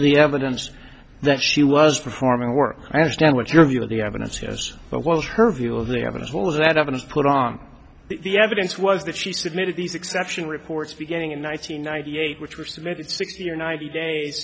side the evidence that she was performing work i understand what your view of the evidence has but what was her view of the others was that evidence put on the evidence was that she submitted these exception reports beginning in one nine hundred ninety eight which were submitted sixty or ninety days